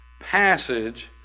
passage